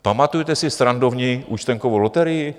Pamatujete si srandovní účtenkovou loterii?